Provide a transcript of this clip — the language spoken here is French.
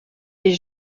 est